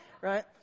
right